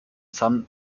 san